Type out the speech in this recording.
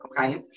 okay